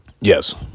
Yes